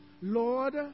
Lord